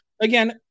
again